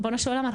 ריבונו של עולם,